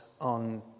on